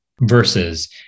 versus